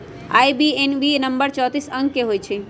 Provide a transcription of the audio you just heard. IBAN number चौतीस अंक के होइ छइ